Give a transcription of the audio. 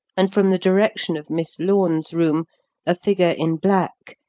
and from the direction of miss lorne's room a figure in black,